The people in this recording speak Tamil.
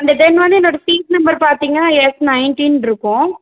அண்ட் தென் வந்து என்னோடய சீட் நம்பர் பார்த்தீங்கன்னா எஸ் நயன்டீனிருக்கும்